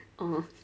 oh